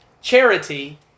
Charity